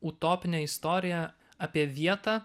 utopinė istorija apie vietą